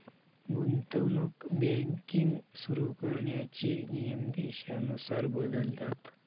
गुंतवणूक बँकिंग सुरु करण्याचे नियम देशानुसार बदलतात